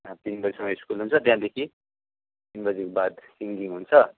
अब तिन बजीसम्म स्कुल हुन्छ त्यहाँदेखि तिन बजीको बाद सिङ्गिङ हुन्छ